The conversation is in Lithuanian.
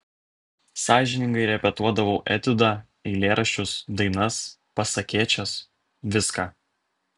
sąžiningai repetuodavau etiudą eilėraščius dainas pasakėčias viską